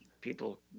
People